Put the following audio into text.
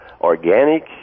organic